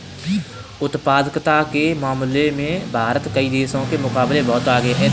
उत्पादकता के मामले में भारत कई देशों के मुकाबले बहुत आगे है